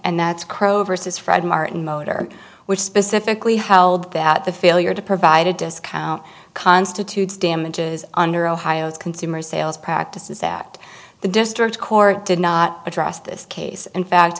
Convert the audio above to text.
and that's crow versus fred martin motor which specifically held that the failure to provide a discount constitutes damages under ohio's consumer sales practices act the district court did not address this case in